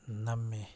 ꯅꯝꯃꯤ